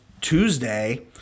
Tuesday